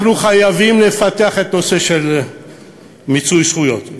אנחנו חייבים לפתח את הנושא של מיצוי זכויות,